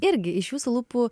irgi iš jūsų lūpų